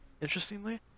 interestingly